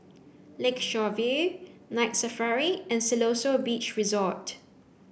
Lakeshore View Night Safari and Siloso Beach Resort